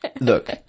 look